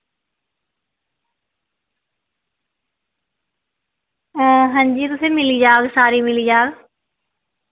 हां जी तुसेंगी मिली जाह्ग सारी मिली जाह्ग